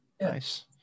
nice